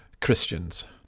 Christians